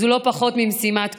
זו לא פחות ממשימת קודש: